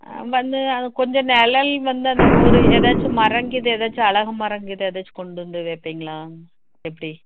வந்து அது கொஞ்சம் நெழல் வந்து அந்த ஒரு ஏதாச்சும் மரம் இது ஏதாச்சும் அழகு மரம் இங்கிட்டு ஏதாச்சும் கொண்டு வந்து வைப்பீங்களா எப்படி